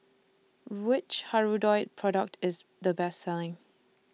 Which Hirudoid Product IS The Best Selling